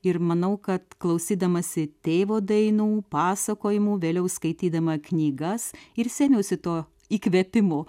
ir manau kad klausydamasi tėvo dainų pasakojimų vėliau skaitydama knygas ir sėmiausi to įkvėpimų